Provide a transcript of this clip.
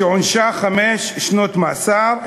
שעונשה חמש שנות מאסר.